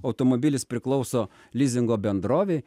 automobilis priklauso lizingo bendrovei